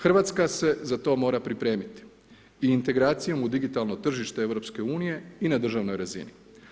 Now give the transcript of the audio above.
Hrvatska se za to mora pripremiti i integracijom u digitalno tržište EU i na državnoj razini.